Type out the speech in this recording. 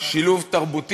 של שילוב תרבותי.